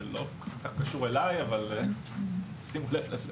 זה לא כל כך קשור אלי אבל צריך לשים לב לזה.